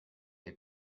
they